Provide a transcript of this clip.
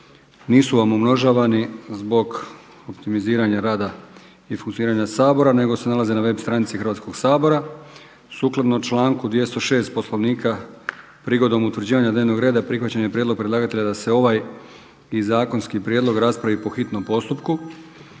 nisu vam umnožavani zbog optimiziranja rada i funkcioniranja Sabora, nego se nalaze na web stranici Hrvatskog sabora. Sukladno članku 206. Poslovnika prigodom utvrđivanja dnevnog reda prihvaćen je prijedlog predlagatelja da se ovaj i zakonski prijedlog raspravi po hitnom postupku.